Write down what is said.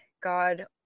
God